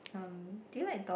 um do you like dog